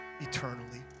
eternally